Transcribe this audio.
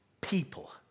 People